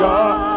God